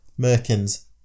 Merkin's